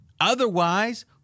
Otherwise